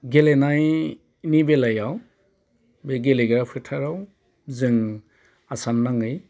गेलेनायनि बेलायाव बे गेलेग्रा फोथाराव जों आसाम नाङै